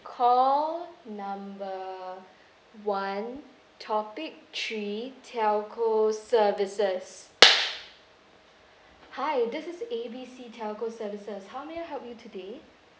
call number one topic three telco services hi this is A B C telco services how may I help you today